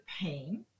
pain